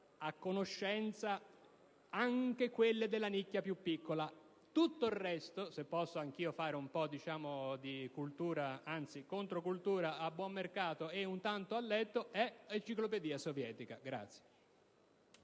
a conoscenza anche quelle della nicchia più piccola. Tutto il resto, se posso anch'io fare un po' di controcultura a buon mercato e un tanto all'etto, è Enciclopedia sovietica.